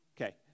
Okay